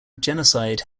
genocide